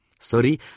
Sorry